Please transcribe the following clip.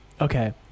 Okay